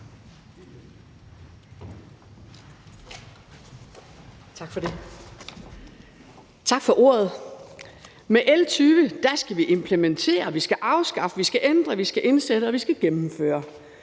Tak for ordet. Med L 20 skal vi implementere, vi skal afskaffe, vi skal ændre, vi skal indsætte, og vi skal gennemføre.